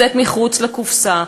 מחוץ לקופסה,